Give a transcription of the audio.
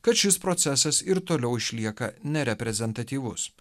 kad šis procesas ir toliau išlieka nereprezentatyvus